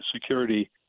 security